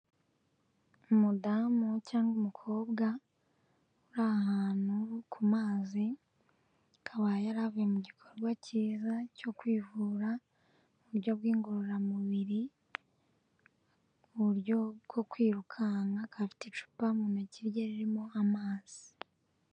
Umudamu cyangwa umukobwa uri ahantu ku mazi, akaba yari avuye mu gikorwa cyiza cyo kwivura mu buryo bw'ingorororamubiri, mu buryo bwo kwirukanka, akaba afite icupa mu ntoki rye ririmo amazi.